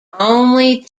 only